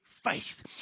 Faith